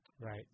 Right